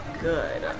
good